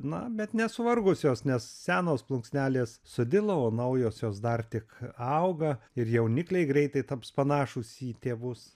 na bet nesuvargusios nes senos plunksnelės sudilo o naujosios dar tik auga ir jaunikliai greitai taps panašūs į tėvus